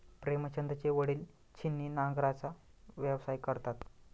प्रेमचंदचे वडील छिन्नी नांगराचा व्यवसाय करतात